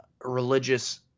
religious